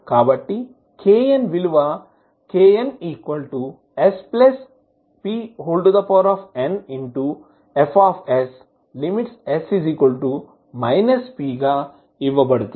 కాబట్టి kn విలువ knspnF|s pగా ఇవ్వబడుతుంది